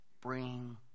bring